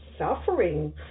suffering